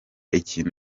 ikintu